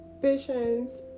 Patience